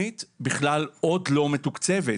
אני לא יודעת הכל ולא מכירה הכל פה.